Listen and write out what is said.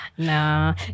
Nah